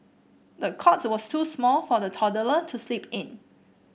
the cot was too small for the toddler to sleep in